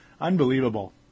Unbelievable